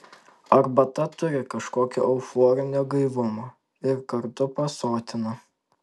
arbata turi kažkokio euforinio gaivumo ir kartu pasotina